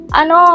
ano